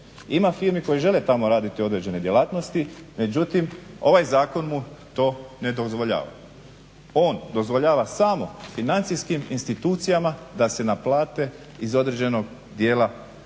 ima firmi koje žele tamo raditi određene djelatnosti, međutim ovaj zakon mu to ne dozvoljava. On dozvoljava samo financijskih institucijama da se naplate iz određenog dijela koji